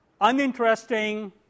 uninteresting